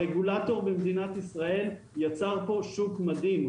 הרגולטור במדינת ישראל יצר פה שוק מדהים.